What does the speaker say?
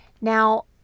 Now